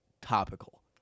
topical